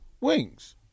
Wings